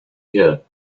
ear